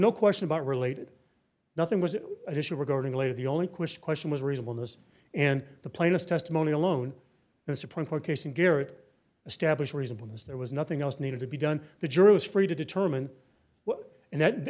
no question about related nothing was at issue regarding later the only question question was reasonable notice and the plainest testimony alone in a supreme court case and garrett established reasonable as there was nothing else needed to be done the jury is free to determine what and that the